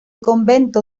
convento